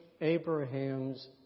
Abraham's